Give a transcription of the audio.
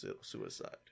suicide